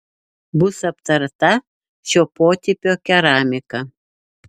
bus aptarta šio potipio keramika